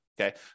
Okay